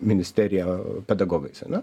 ministeriją pedagogais ane